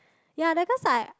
ya at first I